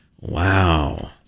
wow